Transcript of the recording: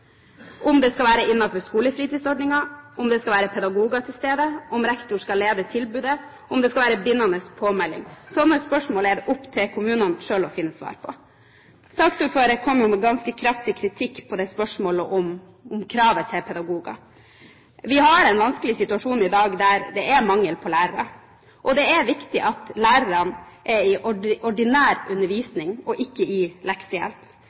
om det skal være innenfor skolefritidsordningen, om det skal være pedagoger til stede, om rektor skal lede tilbudet og om det skal være bindende påmelding. Slike spørsmål er det opp til kommunene selv å finne svar på. Saksordføreren kom med ganske kraftig kritikk av spørsmålet om kravet til pedagoger. Vi har en vanskelig situasjon i dag, for det er mangel på lærere. Det er viktig at lærerne er i ordinær undervisning og ikke i leksehjelp.